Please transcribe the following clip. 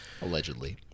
Allegedly